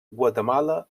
guatemala